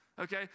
okay